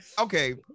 okay